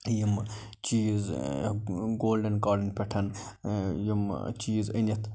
یِم چیٖز گولڈن کارڈن پٮ۪ٹھ یِم چیٖز یِم أنِتھ